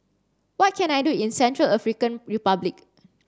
what can I do in Central African Republic